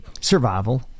survival